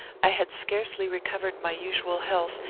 i had scarcely recovered my usual health,